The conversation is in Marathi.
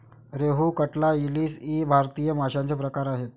रोहू, कटला, इलीस इ भारतीय माशांचे प्रकार आहेत